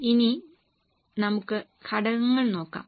ഇനി നമുക്ക് ഘടകങ്ങൾ നോക്കാം